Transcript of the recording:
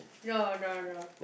no no no